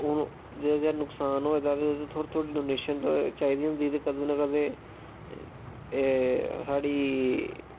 हून जेहदा जेहदा नुक्सान होऐ दा ते ओह् थोह्ड़ी थोह्ड़ी डोनेशन चाहिदी होंदी ते कदें ना कदें एह् साढ़ी